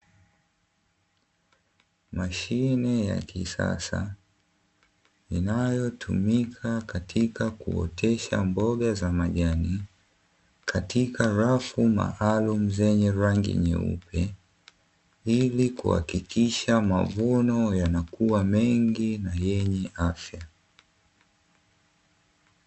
Mashine ya kisasa inayotumika katika kuotesha mboga za majani, katika rafu maalumu zenye rangi nyeupe, ili kuhakikisha mavuno yanakuwa mengi na yenye afya.